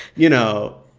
you know,